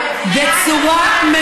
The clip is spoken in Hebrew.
משתלח ביושב-ראש הוועדה בצורה מביכה.